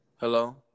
Hello